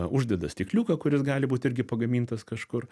uždeda stikliuką kuris gali būt irgi pagamintas kažkur